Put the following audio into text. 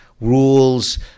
rules